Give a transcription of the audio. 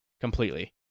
completely